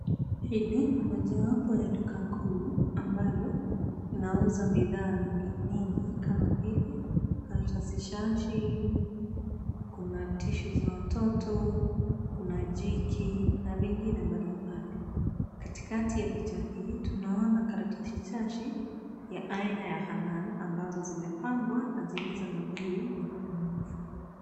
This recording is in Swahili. Hili ni mojawapo wa duka kuu ambalo linauza bidhaa mingi mingi kama vile karatasi shashi, kuna tissue za watoto, kuna jiki na vingine mbalimbali. Katikati ya picha hii tunaona karatasi shashi ya aina ya Hannan ambazo zimepangwa na zilizo na bei ya upungufu.